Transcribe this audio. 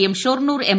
M Shoranur M